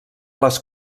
les